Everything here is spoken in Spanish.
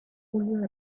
julio